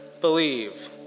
Believe